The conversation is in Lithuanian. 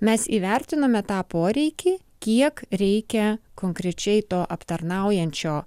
mes įvertiname tą poreikį kiek reikia konkrečiai to aptarnaujančio